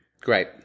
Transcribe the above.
great